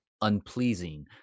unpleasing